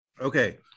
okay